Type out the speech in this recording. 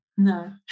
No